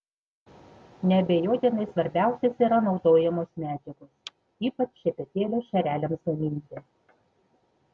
neabejotinai svarbiausios yra naudojamos medžiagos ypač šepetėlio šereliams gaminti